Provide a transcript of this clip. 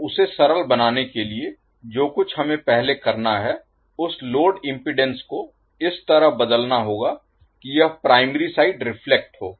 तो उसे सरल बनाने के लिए जो कुछ हमें पहले करना है उस लोड इम्पीडेन्स को इस तरह बदलना होगा कि यह प्राइमरी साइड रिफ्लेक्ट हो